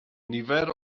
nifer